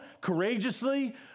courageously